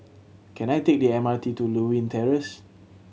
can I take the M R T to Lewin Terrace